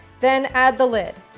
then add the lid.